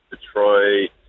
Detroit